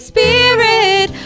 Spirit